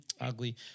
Ugly